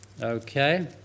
Okay